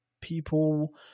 people